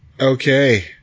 Okay